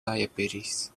diabetes